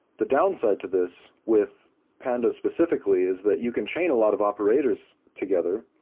the downside to this with pandas specifically is that you can train a lot of operators together,